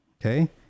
Okay